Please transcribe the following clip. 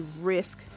risk